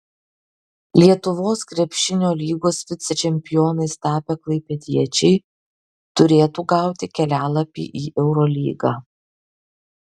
lietuvos krepšinio lygos vicečempionais tapę klaipėdiečiai turėtų gauti kelialapį į eurolygą